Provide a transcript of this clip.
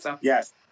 Yes